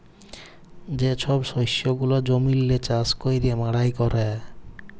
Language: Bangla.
যে ছব শস্য গুলা জমিল্লে চাষ ক্যইরে মাড়াই ক্যরে